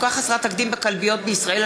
בנושא: מצוקה חסרת תקדים בכלביות בישראל,